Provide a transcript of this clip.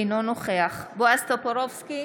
אינו נוכח בועז טופורובסקי,